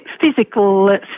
physical